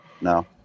No